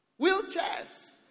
Wheelchairs